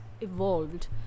evolved